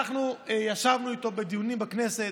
ישבנו איתו בדיונים בכנסת,